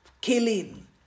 killing